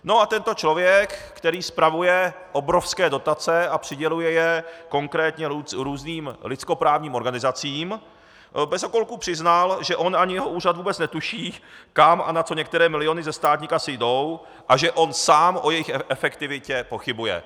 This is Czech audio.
No a tento člověk, který spravuje obrovské dotace a přiděluje je konkrétně různým lidskoprávním organizacím, bez okolku přiznal, že on ani jeho úřad vůbec netuší, kam a na co některé miliony ze státní kasy jdou, a že on sám o jejich efektivitě pochybuje.